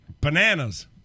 Bananas